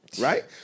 right